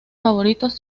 favoritos